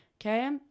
Okay